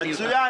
מצוין.